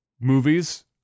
movies